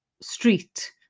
street